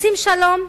רוצים שלום,